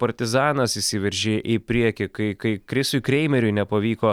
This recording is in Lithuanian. partizanas įsiveržė į priekį kai kai krisiui kreimeriui nepavyko